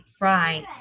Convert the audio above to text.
right